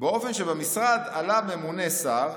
"באופן שבמשרד עליו ממונה שר,